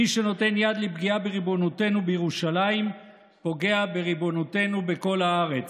מי שנותן יד לפגיעה בריבונותנו בירושלים פוגע בריבונותנו בכל הארץ.